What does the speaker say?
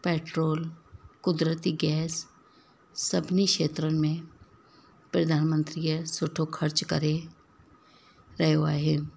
petrol क़ुदिरती gas सभिनी खेत्रनि में प्रधानमंत्रीअ सुठो ख़र्च करे रहियो आहे